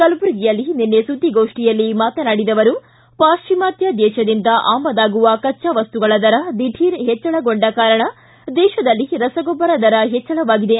ಕಲಬುರಗಿಯಲ್ಲಿ ನಿನ್ನೆ ಸುದ್ದಿಗೋಷ್ಠಿಯಲ್ಲಿ ಮಾತನಾಡಿದ ಅವರು ಪಾಶ್ಚಿಮಾತ್ಯ ದೇಶದಿಂದ ಅಮದಾಗುವ ಕಚ್ಚಾವಸ್ತುಗಳ ದರ ದಿಢೀರ ಹೆಚ್ಚಳಗೊಂಡ ಕಾರಣ ದೇಶದಲ್ಲಿ ರಸಗೊಬ್ಬರ ದರ ಹೆಚ್ಚಳವಾಗಿದೆ